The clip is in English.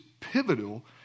pivotal